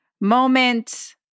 moment